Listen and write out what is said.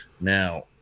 Now